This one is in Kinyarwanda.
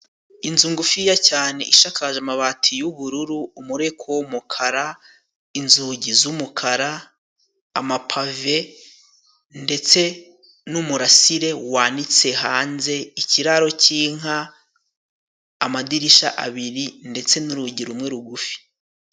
Inzu ngufiya cane ishakaje amabati yubururu umurekoo w'umukara, inzugi z'umukara, amapave, ndetse n'umurasire wanitse hanze, ikiraro cy'inka amadirisha abiri ndetse n'urugi rumwe rugufi.